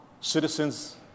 citizens